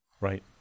Right